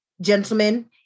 gentlemen